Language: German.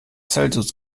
celsius